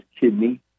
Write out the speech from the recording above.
kidney